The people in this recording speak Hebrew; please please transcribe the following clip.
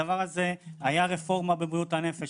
הייתה רפורמה בבריאות הנפש,